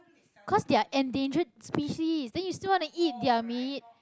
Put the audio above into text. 'cause they are endangered species then you still wanna eat their meat